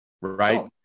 right